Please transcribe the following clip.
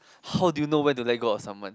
how do you know when to let go of someone